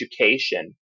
education